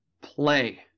play